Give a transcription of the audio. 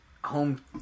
Home